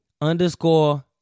underscore